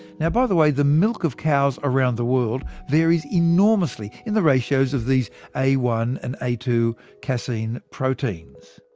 yeah by the way, the milk of cows around the world varies enormously in the ratios of these a one and a two casien proteins.